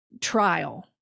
trial